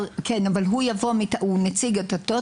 אגב, הוא אחראי על דתות,